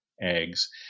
eggs